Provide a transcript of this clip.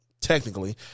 technically